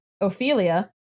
Ophelia